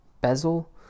bezel